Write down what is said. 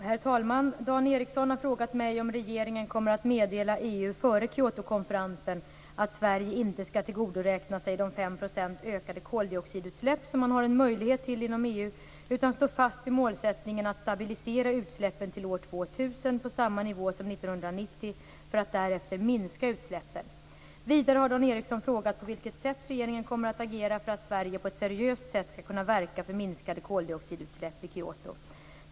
Herr talman! Dan Ericsson har frågat mig om regeringen kommer att meddela EU före Kyotokonferensen att Sverige inte skall tillgodoräkna sig de 5 % ökade koldioxidutsläpp som man har en möjlighet att nå enligt EU, utan stå fast vid målsättningen att stabilisera utsläppen till år 2000 på samma nivå som 1990, för att därefter minska utsläppen. Vidare har Dan Ericsson frågat på vilket sätt regeringen kommer att agera för att Sverige i Kyoto på ett seriöst sätt skall kunna verka för minskade koldioxidutsläpp.